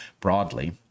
broadly